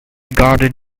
garden